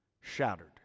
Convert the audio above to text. shattered